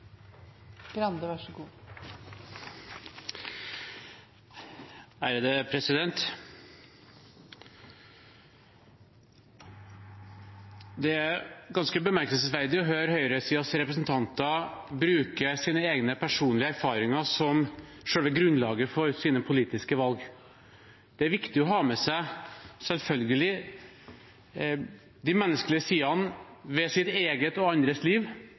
Det er ganske bemerkelsesverdig å høre høyresidens representanter bruke sine egne, personlige erfaringer som selve grunnlaget for sine politiske valg. Det er selvfølgelig viktig å ha med seg de menneskelige sidene ved sitt eget og andres liv